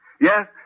Yes